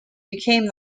became